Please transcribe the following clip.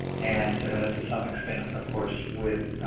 and to some extent of course with